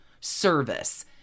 service